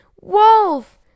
Wolf